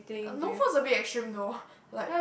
uh no food is a bit extreme though like